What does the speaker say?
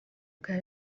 bwa